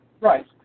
Right